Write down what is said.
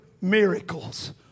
miracles